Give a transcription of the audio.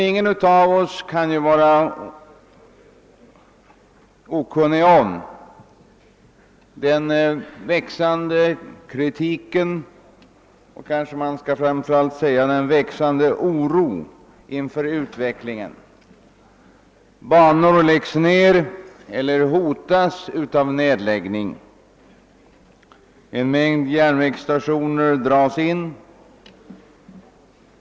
: Ingen av oss kan emellertid vara okunnig om den växande kritiken och kanske framför allt den växande oron inför utvecklingen. Banor läggs ned eller hotas av nedläggning, en mängd järnvägsstationer dras in.